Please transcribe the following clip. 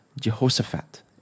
Jehoshaphat